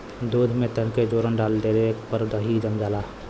दूध में तनके जोरन डाल देले पर दही जम जाला